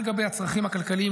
על גבי הצרכים הכלכליים,